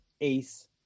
Ace